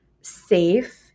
safe